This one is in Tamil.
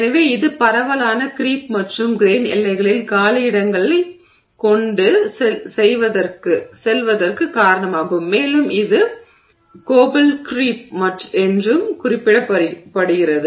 எனவே இது பரவலான க்ரீப் மற்றும் கிரெய்ன் எல்லைகளில் காலியிடங்களை கொண்டு செல்வதற்கு காரணமாகும் மேலும் இது கோபல் க்ரீப் என்றும் குறிப்பிடப்படுகிறது